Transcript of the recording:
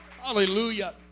Hallelujah